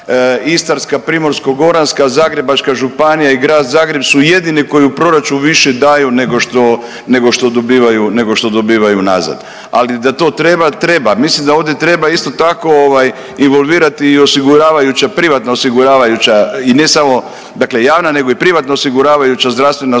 Istarska, Primorsko-goranska, Zagrebačka županija i grad Zagreb su jedini koji u proračun više daju nego što dobivaju nazad. Ali da to treba, treba. Mislim da ovdje treba isto tako involvirati i osiguravajuća privatna osiguravajuća i ne samo dakle javna nego i privatna osiguravajuća zdravstvena